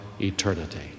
eternity